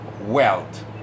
wealth